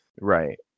right